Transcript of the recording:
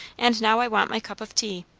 and now i want my cup of tea.